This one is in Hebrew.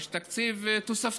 יש תקציב תוספתי,